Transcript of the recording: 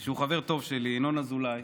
שהוא חבר טוב שלי, ינון אזולאי,